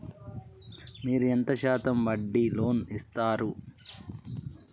మీరు ఎంత శాతం వడ్డీ లోన్ ఇత్తరు?